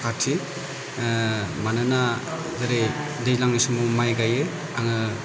आखा फाखाथि मानोना जेरै दैज्लांनि समाव माइ गायो आङो